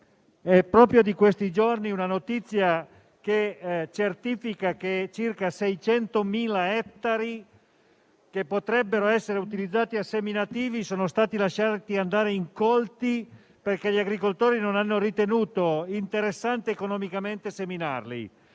proprio di questi giorni una notizia che certifica che circa 600.000 ettari che potrebbero essere utilizzati a seminativi sono stati lasciati incolti perché gli agricoltori non hanno ritenuto interessante economicamente seminarli.